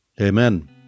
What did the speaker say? Amen